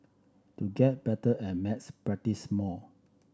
to get better at maths practice more